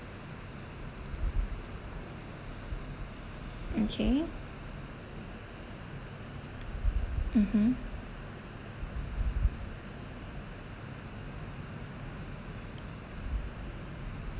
okay mmhmm